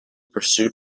pursuit